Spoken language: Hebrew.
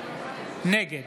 נגד